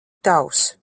tavs